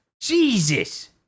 Jesus